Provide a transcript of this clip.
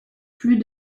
plus